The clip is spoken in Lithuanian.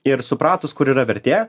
ir supratus kur yra vertė